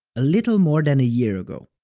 a little more than a year ago.